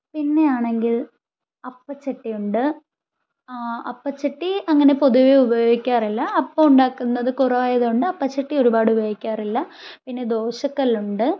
പിന്നെയാണെങ്കിൽ അപ്പച്ചട്ടിയുണ്ട് അപ്പച്ചട്ടി അങ്ങനെ പൊതുവേ ഉപയോഗിക്കാറില്ല അപ്പം ഉണ്ടാക്കുന്നത് കുറവായതുകൊണ്ട് അപ്പച്ചട്ടി ഒരുപാട് ഉപയോഗിക്കാറില്ല പിന്നെ ദോശക്കല്ലുണ്ട്